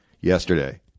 yesterday